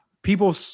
People